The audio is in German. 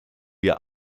wir